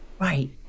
Right